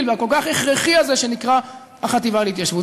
והכל-כך הכרחי הזה שנקרא החטיבה להתיישבות.